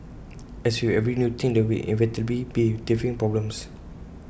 as with every new thing there will inevitably be teething problems